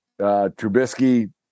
Trubisky